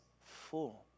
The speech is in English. full